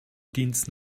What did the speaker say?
dienst